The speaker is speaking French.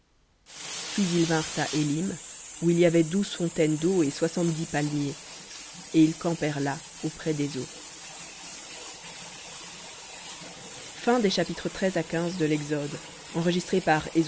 puis ils vinrent à élim où il y avait douze fontaines d'eau et soixante-dix palmiers et ils campèrent là auprès des eaux